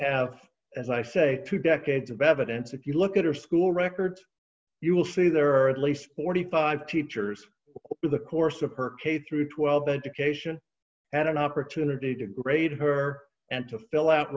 have as i say two decades of evidence if you look at her school records you will see there are at least forty five teachers in the course of her case through twelve education had an opportunity to grade her and to fill out